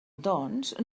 doncs